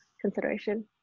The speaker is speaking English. consideration